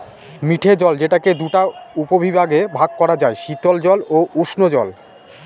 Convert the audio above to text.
মিঠে জল যেটাকে দুটা উপবিভাগে ভাগ করা যায়, শীতল জল ও উষ্ঞজল